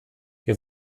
wir